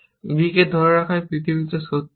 b কে ধরে রাখা এই পৃথিবীতে সত্য নয়